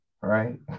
right